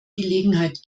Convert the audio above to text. gelegenheit